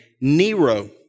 Nero